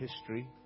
history